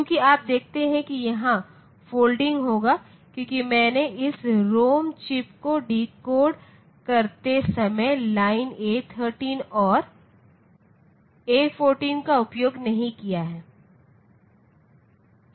चूंकि आप देखते हैं कि यहाँ फोल्डिंग होगा क्योंकि मैंने इस रॉम चिप्स को डिकोड करते समय लाइन A13 और A14 का उपयोग नहीं किया है